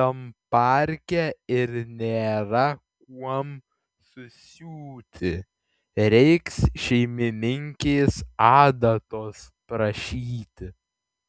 tam parke ir nėra kuom susiūti reiks šeimininkės adatos prašyti